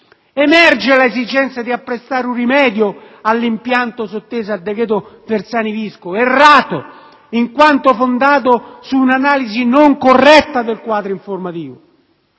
Emerge l'esigenza di apprestare un rimedio all'impianto sotteso al decreto Bersani-Visco, errato in quanto fondato su un'analisi non corretta del quadro informativo.